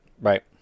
Right